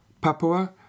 Papua